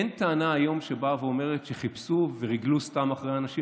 אין טענה היום שבאה ואומרת שחיפשו וריגלו סתם אחרי אנשים.